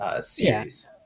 series